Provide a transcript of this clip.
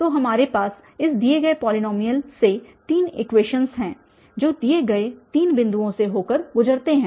तो हमारे पास इस दिए गए पॉलीनॉमियल से तीन इक्वेशन्स हैं जो दिए गए तीन बिंदुओं से होकर गुजरते हैं